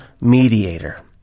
mediator